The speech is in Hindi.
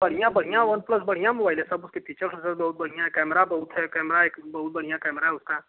बढ़िया बढ़िया वन प्लस बढ़िया मुवाइल है सब उसके फीचर्स ओचर्स बहुत बढ़िया है कैमरा बहुत है कैमरा एक बहुत बढ़िया कैमरा है उसका